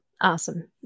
Awesome